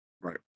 right